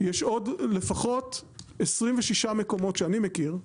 יש עוד לפחות 26 מקומות שאני מכיר,